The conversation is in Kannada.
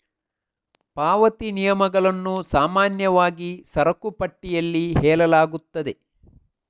ಪಾವತಿ ನಿಯಮಗಳನ್ನು ಸಾಮಾನ್ಯವಾಗಿ ಸರಕು ಪಟ್ಟಿಯಲ್ಲಿ ಹೇಳಲಾಗುತ್ತದೆ